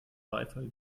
beifall